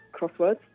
crosswords